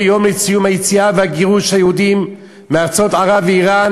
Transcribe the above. יום לציון היציאה והגירוש של היהודים מארצות ערב ואיראן